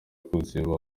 kuziba